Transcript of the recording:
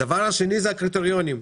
הדבר השני זה הקריטריונים.